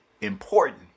important